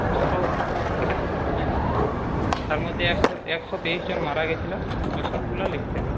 ছোটো হ্যাঁ তার মধ্যে একশো একশো তেইশজন মারা গিয়েছিল ওই সবগুলো লিখতে হবে